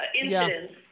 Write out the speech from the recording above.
incidents